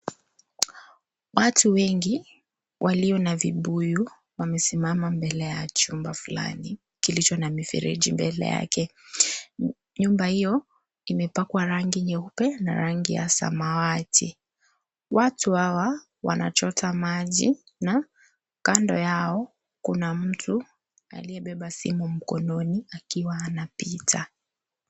Watu wengi, walio na vibuyu, wamesimama mbele ya chumba fulani, kilicho na mifereji mbele yake, nyumba hio, imepakwa rangi nyeupe, na rangi ya samawati, watu hawa wanachota maji, na kando yao, kuna mtu aliyebeba simu mkononi, akiwa anapita.